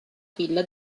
villa